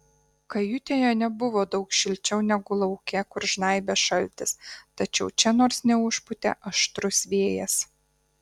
kajutėje nebuvo daug šilčiau negu lauke kur žnaibė šaltis tačiau čia nors neužpūtė aštrus vėjas